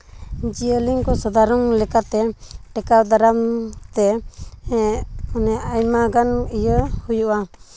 ᱡᱤᱭᱟᱹᱞᱤ ᱠᱚ ᱥᱟᱫᱷᱟᱨᱚᱱ ᱞᱮᱠᱟᱛᱮ ᱴᱮᱠᱟᱣ ᱫᱟᱨᱟᱢ ᱛᱮ ᱢᱟᱱᱮ ᱟᱭᱢᱟ ᱜᱟᱱ ᱤᱭᱟᱹ ᱦᱩᱭᱩᱜᱼᱟ